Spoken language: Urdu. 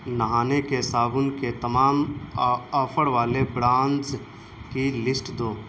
نہانے کے صابن کے تمام آفر والے بڑانڈز کی لیسٹ دو